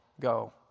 go